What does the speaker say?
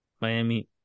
Miami